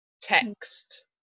text